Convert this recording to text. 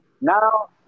Now